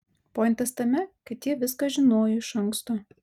pointas tame kad ji viską žinojo iš anksto